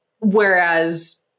whereas